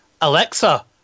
Alexa